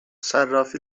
صرافی